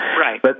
Right